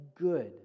good